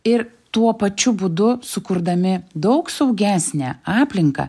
ir tuo pačiu būdu sukurdami daug saugesnę aplinką